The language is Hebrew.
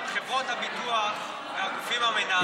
חברות הביטוח והגופים המנהלים